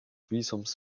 visums